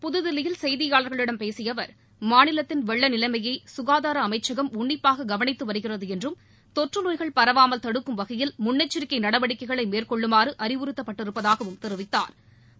புதுதில்லியில் செய்தியாளர்களிடம் பேசிய அவர் மாநிலத்தின் வெள்ள நிலைமைய சுகாதார அமைச்சகம் உன்னிப்பாக கவனித்து வருகிறது என்றும் தொற்று நோய்கள் பரவாமல் தடுக்கும் வகையில் முன்னெச்சரிக்கை நடவடிக்கைகளை மேற்கொள்ளுமாறு அறிவுறத்தப்பட்டிருப்பதாகவும் தெரிவித்தாா்